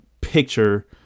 picture